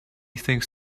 things